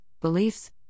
beliefs